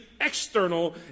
external